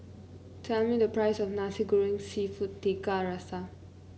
tell me the price of Nasi Goreng seafood Tiga Rasa